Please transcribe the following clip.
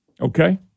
okay